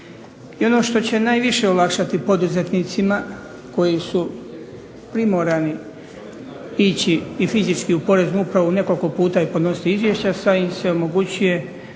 I ono što će najviše olakšati poduzetnicima koji su primorani ići i fizički u Poreznu upravu i nekoliko puta i podnositi izvješća sad im se omogućuje